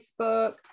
facebook